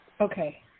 Okay